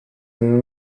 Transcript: den